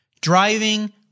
driving